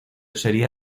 sería